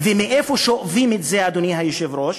ומאיפה שואבים את זה, אדוני היושב-ראש?